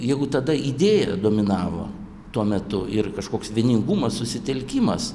jeigu tada idėja dominavo tuo metu ir kažkoks vieningumas susitelkimas